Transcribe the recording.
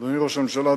אדוני ראש הממשלה,